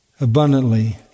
abundantly